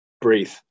breathe